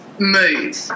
Move